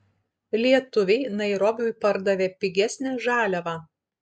lietuviai nairobiui pardavė pigesnę žaliavą